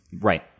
Right